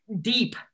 deep